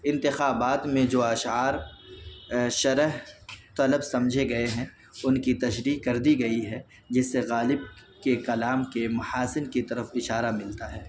انتخابات میں جو اشعار شرح طلب سمجھے گئے ہیں ان کی تشریح کر دی گئی ہے جس سے غالب کے کلام کے محاسن کی طرف اشارہ ملتا ہے